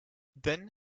then